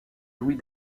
louis